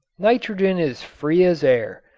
nitrogen is free as air.